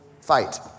fight